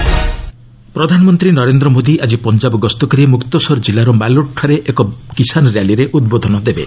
PM rally ପ୍ରଧାନମନ୍ତ୍ରୀ ନରେନ୍ଦ୍ର ମୋଦି ଆଜି ପଞ୍ଜାବ ଗସ୍ତ କରି ମୁକ୍ତସର ଜିଲ୍ଲାର ମାଲୋଟ୍ଠାରେ ଏକ କିଶାନ ର୍ୟାଲିରେ ଉଦ୍ବୋଧନ ଦେବେ